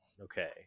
okay